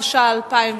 התש"ע 2010,